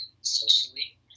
socially